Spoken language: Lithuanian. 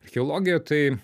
archeologija tai